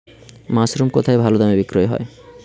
Mushroom কেথায় ভালোদামে বিক্রয় হয়?